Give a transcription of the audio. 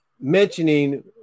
mentioning